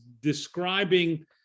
describing